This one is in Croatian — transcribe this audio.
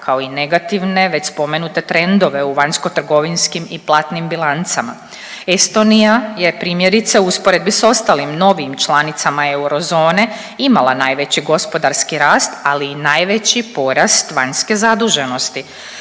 kao i negativne već spomenute trendove u vanjskotrgovinskim i platnim bilancama. Estonija je primjerice u usporedbi s ostalim novijim članicama eurozone imala najveći gospodarski rast, ali i najveći porast vanjske zaduženosti.